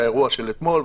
האירוע של אתמול.